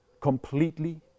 completely